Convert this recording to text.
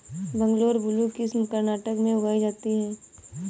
Bangalore blue किस्म कर्नाटक में उगाई जाती है